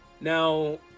now